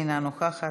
אינה נוכחת.